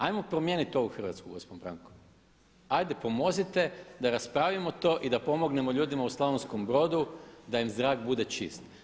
Ajmo promijeniti ovu Hrvatsku gospon Branko, ajde pomozite da raspravimo to i da pomognemo ljudima u Slavonskom Brodu da im zrak bude čist.